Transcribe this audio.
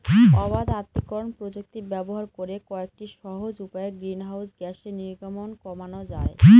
অবাত আত্তীকরন প্রযুক্তি ব্যবহার করে কয়েকটি সহজ উপায়ে গ্রিনহাউস গ্যাসের নির্গমন কমানো যায়